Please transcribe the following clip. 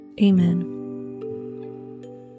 Amen